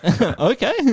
okay